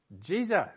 Jesus